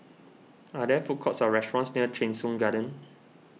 are there food courts or restaurants near Cheng Soon Garden